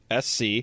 SC